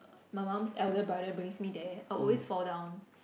my mum's elder brother brings me there I'll always fall down